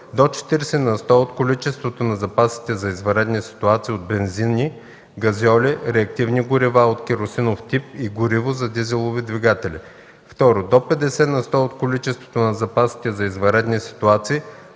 до 40 на сто от количеството на запасите за извънредни ситуации от бензини, газьоли, реактивни горива от керосинов тип и гориво за дизелови двигатели; 2. до 50 на сто от количеството на запасите за извънредни ситуации